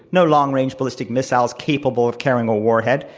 no long range ballistic missiles capable of carrying a warhead.